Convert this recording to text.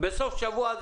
נכון,